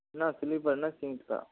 ना स्लीपर ना सींट का